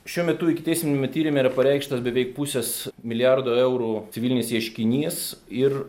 šiuo metu ikiteisminiame tyrime yra pareikštas beveik pusės milijardo eurų civilinis ieškinys ir